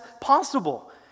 possible